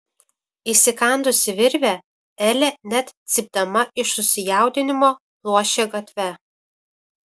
įsikandusi virvę elė net cypdama iš susijaudinimo pluošė gatve